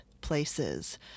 places